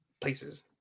places